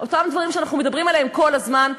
אותם דברים שאנחנו מדברים עליהם כל הזמן,